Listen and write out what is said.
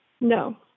No